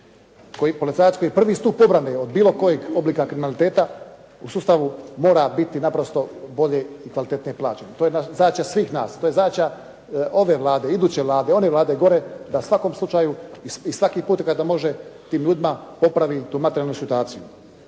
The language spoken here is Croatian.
koji je prvi stup obrane od bilo kojeg oblika kriminaliteta u sustavu mora biti naprosto bolje i kvalitetnije plaćen. To je zadaća svih nas, to je zadaća ove Vlade, iduće Vlade, one Vlade gore da u svakom slučaju i svaki puta kada može tim ljudima popravi tu materijalnu situaciju.